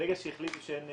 ברגע שהחליטו שאין